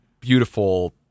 Beautiful